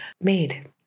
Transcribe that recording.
made